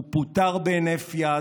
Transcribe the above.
הוא פוטר בהינף יד,